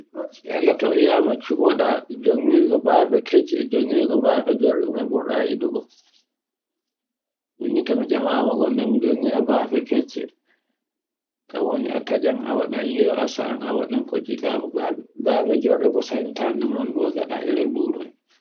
Yalla to yiyaima cu woɗa jongirgo bafe kecce e jongirgo jorde ume burda yiɗigo. Min ni to mi tcamama gonda mi jongira bafe kecce kan woni a taccan, a waɗan li'o a sa'an a waɗan li'o kon jiɗɗa fu bafe jorɗe fu sai ta namandu ko gaɗa iran luru en.